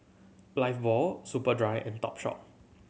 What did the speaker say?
Lifebuoy Superdry and Topshop